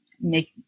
make